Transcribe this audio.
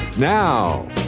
Now